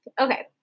Okay